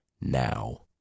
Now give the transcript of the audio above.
now